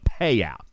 payout